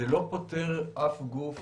זה לא פוטר אף גוף,